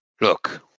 Look